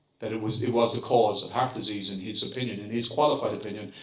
that it was it was the cause of heart disease, in his opinion, in his qualified opinion.